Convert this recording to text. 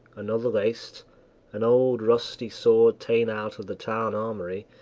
another laced an old rusty sword ta'en out of the town armoury,